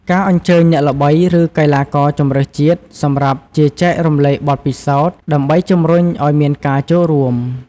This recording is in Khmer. ការអញ្ជើញអ្នកល្បីឬកីឡាករជម្រើសជាតិសម្រាប់ជាចែករំលែកបទពិសោធន៍ ដើម្បីជម្រុញអោយមានការចូលរួម។